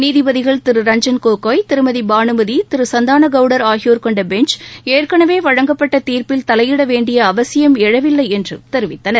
நீதிப்திகள் திரு ரஞ்ஜன் கோகோய் திருமதி பானுமதி திரு சந்தானகவுடர் ஆகியோர் கொண்ட பெஞ்ச் ஏற்கனவே வழங்கப்பட்ட தீர்ப்பில் தலையிட வேண்டிய அவசியம் எழவில்லை என்றும் தெரிவித்தனர்